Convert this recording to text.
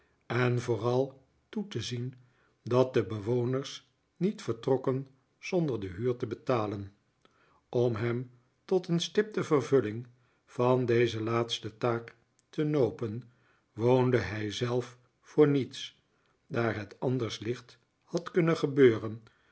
en vooral toe te zien dat de bewoners niet vertrokken zonder de huur te betalen om hem tot een stipte vervulling van deze laatste taak te nopen woonde hij zelf voor niets daar het anders licht had kunnen gebeuren